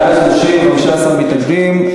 בעד, 30, 15 מתנגדים.